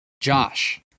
josh